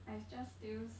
I is just still